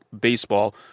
baseball